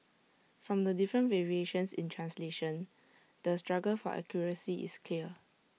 from the different variations in translation the struggle for accuracy is clear